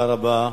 תודה רבה.